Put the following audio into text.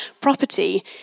property